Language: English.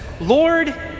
Lord